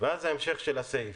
ואז ההמשך של הסעיף: